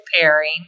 pairing